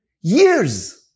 years